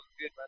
good